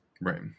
Right